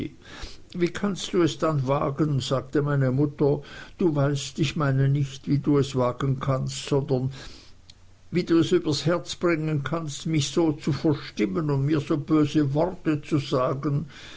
wie kannst du es dann wagen sagte meine mutter du weißt ich meine nicht wie du es wagen kannst peggotty sondern wie du es übers herz bringen kannst mich so zu verstimmen und mir so böse worte zu sagen